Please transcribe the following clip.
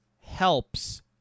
helps